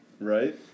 Right